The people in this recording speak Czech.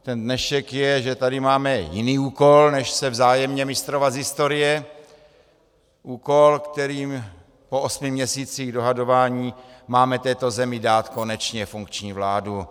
Ten dnešek je, že tady máme jiný úkol než se vzájemně mistrovat z historie, úkol, kterým po osmi měsících dohadování máme této zemi dát konečně funkční vládu.